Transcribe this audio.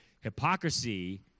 Hypocrisy